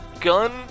gun